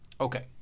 Okay